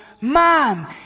man